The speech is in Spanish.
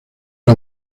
del